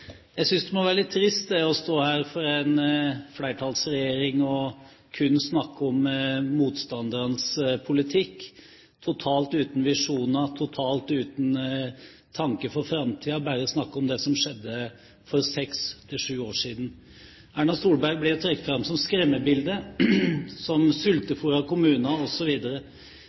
Jeg synes det må være litt trist, jeg, for en flertallregjering å stå her og kun snakke om motstanderens politikk – totalt uten visjoner og totalt uten tanke for framtiden, bare snakke om det som skjedde for seks–sju år siden. Erna Solberg blir trukket fram som skremmebildet, som